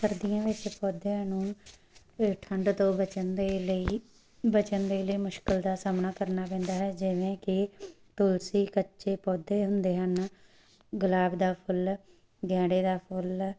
ਸਰਦੀਆਂ ਵਿੱਚ ਪੌਦਿਆਂ ਨੂੰ ਠੰਡ ਤੋਂ ਬਚਣ ਦੇ ਲਈ ਬਚਣ ਦੇ ਲਈ ਮੁਸ਼ਕਲ ਦਾ ਸਾਹਮਣਾ ਕਰਨਾ ਪੈਂਦਾ ਹੈ ਜਿਵੇਂ ਕਿ ਤੁਲਸੀ ਕੱਚੇ ਪੌਦੇ ਹੁੰਦੇ ਹਨ ਗੁਲਾਬ ਦਾ ਫੁੱਲ ਗੇਂਦੇ ਦਾ ਫੁੱਲ